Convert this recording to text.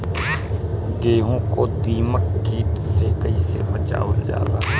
गेहूँ को दिमक किट से कइसे बचावल जाला?